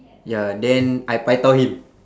ya then I pai tao him